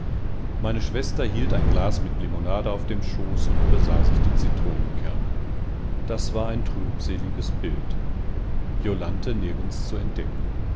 meine schwester hielt ein glas mit limonade auf dem schoß und besah sich die zitronenkerne das war ein trübseliges bild jolanthe nirgends zu erblicken